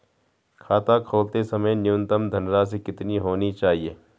खाता खोलते समय न्यूनतम धनराशि कितनी होनी चाहिए?